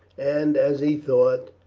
and, as he thought,